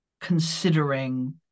considering